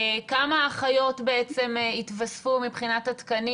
כמה אחיות התווספו מבחינת התקנים?